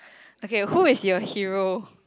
okay who is your hero